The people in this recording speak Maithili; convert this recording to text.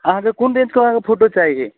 अहाँके कोन रेंजके अहाँके फोटो चाही